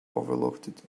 overlooked